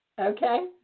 okay